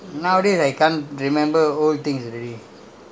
I can't remember lah I can't remember